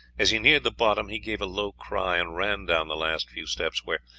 as he neared the bottom he gave a low cry and ran down the last few steps, where,